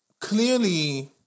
clearly